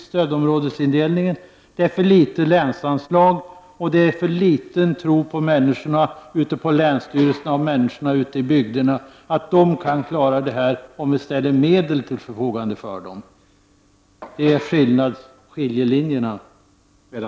Stödområdesindelningen är för dåligt underbyggd, länsanslagen är för små, och det är en för liten tilltro till människorna på länsstyrelserna och i bygderna att de klarar situationen om medel ställs till förfogande för dem. Där är skiljelinjen mellan oss.